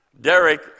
Derek